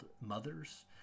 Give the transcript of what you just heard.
mothers